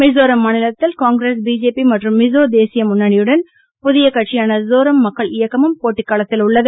மிசோரம் மாநிலத்தில் காங்கிரஸ் பிஜேபி மற்றும் மிசோ தேசிய முன்னணியுடன் புதிய கட்சியான சோரம் மக்கள் இயக்கமும் போட்டி களத்தில் உள்ளது